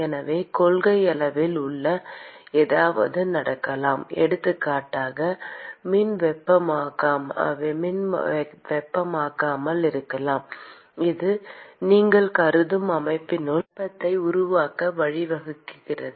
எனவே கொள்கையளவில் உள்ளே ஏதாவது நடக்கலாம் எடுத்துக்காட்டாக மின் வெப்பமாக்கல் இருக்கலாம் இது நீங்கள் கருதும் அமைப்பினுள் வெப்பத்தை உருவாக்க வழிவகுக்கிறது